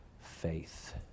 faith